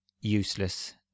useless